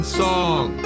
song